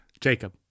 Jacob